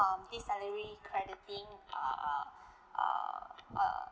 um this salary crediting uh uh uh uh